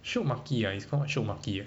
shiok maki uh its called shiok maki